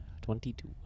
Twenty-two